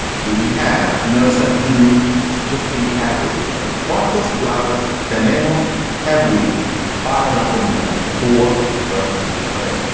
do we have noticed that? do it should just be have-we. but won't this blot us than names? have we bought a local me the for the food? okay,